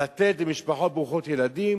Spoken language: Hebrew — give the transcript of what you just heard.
לתת למשפחות ברוכות ילדים.